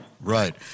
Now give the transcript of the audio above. Right